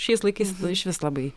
šiais laikais išvis labai